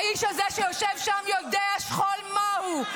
האיש הזה שיושב שם יודע שכול מהו.